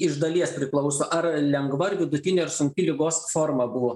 iš dalies priklauso ar lengva ar vidutinė ar sunki ligos forma buvo